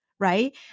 right